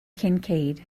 kincaid